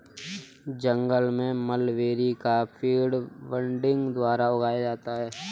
जंगल में मलबेरी का पेड़ बडिंग द्वारा उगाया गया है